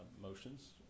motions